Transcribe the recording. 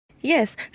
Yes